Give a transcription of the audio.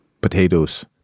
potatoes